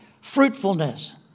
fruitfulness